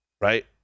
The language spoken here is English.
Right